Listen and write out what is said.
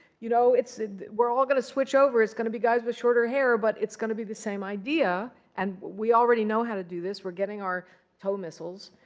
you know we're all going to switch over. it's going to be guys with shorter hair, but it's going to be the same idea. and we already know how to do this. we're getting our tow missiles.